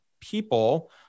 people